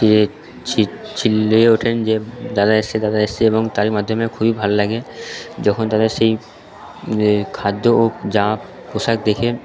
যে চিল্লিয়ে ওঠেন যে দাদা এসছে দাদা এসছে এবং তারই মাধ্যমে খুবই ভাল লাগে যখন তাদের সেই খাদ্য ও যা পোশাক দেখে